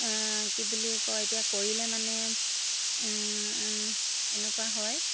কি বুলি কয় এতিয়া কৰিলে মানে এনেকুৱা হয়